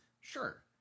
sure